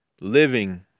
living